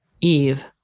Eve